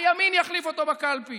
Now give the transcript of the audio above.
הימין יחליף אותו בקלפי,